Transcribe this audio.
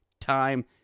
time